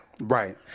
right